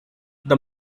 the